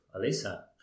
Alisa